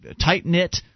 tight-knit